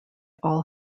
all